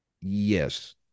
Yes